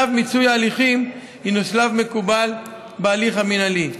שלב מיצוי הליכים הינו שלב מקובל בהליך המינהלי.